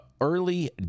early